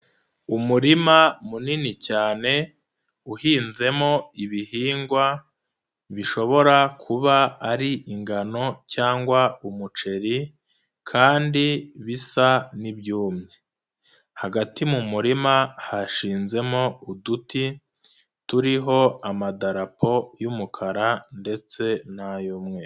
Umurima munini cyane uhinzemo ibihingwa bishobora kuba ari ingano cyangwa umuceri kandi bisa n'ibyumye, hagati mu murima hashizemo uduti turiho amadarapo y'umukara ndetse n'ay'umweru.